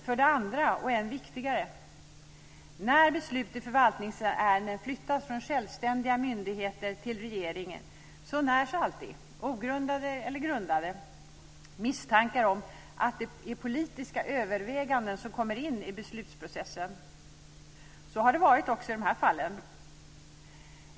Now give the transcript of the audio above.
För det andra, och än viktigare, är det så när beslut i förvaltningsärenden flyttas från självständiga myndigheter till regeringen att det alltid närs, ogrundade eller grundade, misstankar om att det är politiska överväganden som kommer in i beslutsprocessen. Så har det varit också i dessa fall.